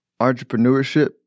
entrepreneurship